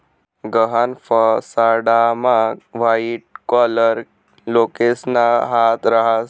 गहाण फसाडामा white collar लोकेसना हात रास